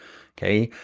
okay?